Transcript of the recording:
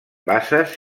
basses